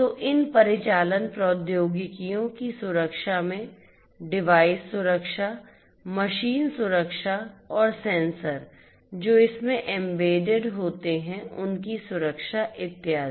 तो इन परिचालन प्रौद्योगिकियों की सुरक्षा में डिवाइस सुरक्षा मशीन सुरक्षा और सेंसर जो इसमें एम्बेडेड होते हैं उनकी सुरक्षा इत्यादि